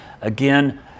Again